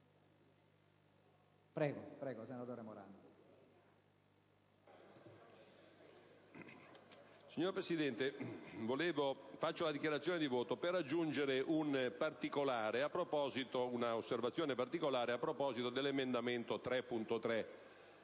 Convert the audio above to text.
Signor Presidente, intervengo in dichiarazione di voto per aggiungere un'osservazione particolare a proposito dell'emendamento 3.3.